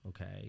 okay